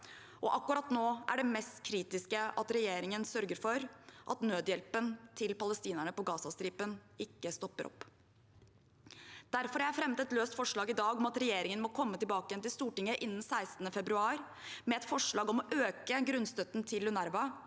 Akkurat nå er det mest kritiske at regjeringen sørger for at nødhjelpen til palestinerne på Gazastripen ikke stopper opp. Derfor fremmer jeg et løst forslag i dag om at regjeringen må komme tilbake igjen til Stortinget innen 16. februar med et forslag om å øke grunnstøtten til UNRWA,